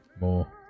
more